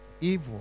evil